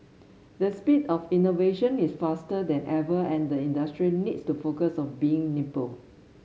the speed of innovation is faster than ever and the industry needs to focus on being nimble